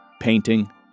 painting